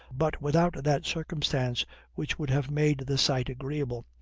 but without that circumstance which would have made the sight agreeable,